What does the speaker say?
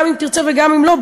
גם אם תרצה וגם אם לא,